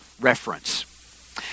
reference